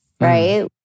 right